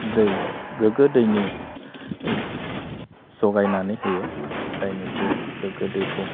दै गोगो दैनि जगायनानै होयो जायनिखि गोगो दैखौ